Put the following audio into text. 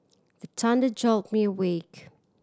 the thunder jolt me awake